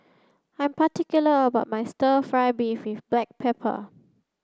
I am particular about my stir fry beef with black pepper